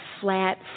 flat